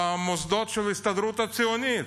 במוסדות של ההסתדרות הציונית.